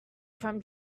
from